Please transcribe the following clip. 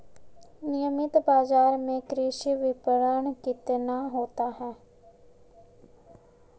नियमित बाज़ार में कृषि विपणन कितना होता है?